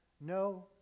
no